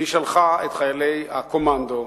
והיא שלחה את חיילי הקומנדו,